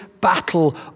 battle